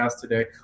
today